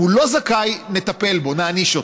אם הוא לא זכאי, נטפל בו, נעניש אותו.